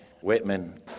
Whitman